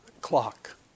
clock